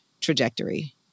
trajectory